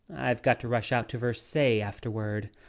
i've got to rush out to versailles afterward.